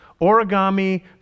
origami